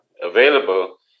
available